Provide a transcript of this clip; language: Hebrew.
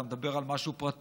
אתה מדבר על משהו פרטי,